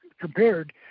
compared